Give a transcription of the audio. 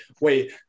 Wait